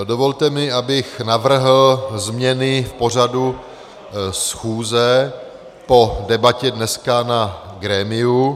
Dovolte mi, abych navrhl změny v pořadu schůze po debatě dneska na grémiu.